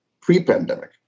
pre-pandemic